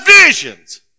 visions